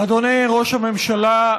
אדוני ראש הממשלה,